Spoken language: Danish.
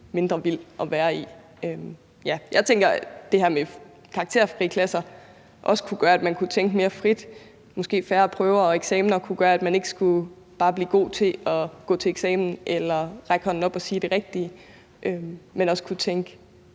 mindre vild at være i. Jeg tænker, at det her med karakterfri klasser også kunne gøre, at man kunne tænke mere frit. Måske kunne færre eksamener og prøver gøre, at man ikke bare skulle blive god til at gå til eksamen eller række hånden op og sige det rigtige, men at man også kunne tænke